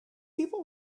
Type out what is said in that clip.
people